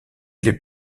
les